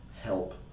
help